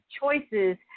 choices